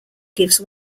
gives